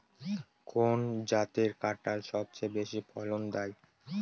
কোন জাতের কাঁঠাল সবচেয়ে বেশি ফলন দেয়?